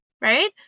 right